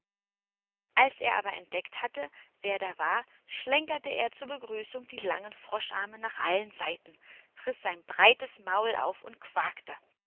als er aber entdeckt hatte wer da war schlenkerte er zur begrüßung die langen froscharme nach allen seiten riß sein breites maul auf und quakte